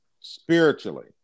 spiritually